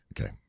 Okay